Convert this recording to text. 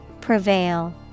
Prevail